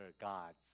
gods